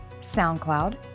SoundCloud